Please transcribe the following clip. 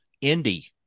Indy